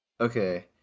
Okay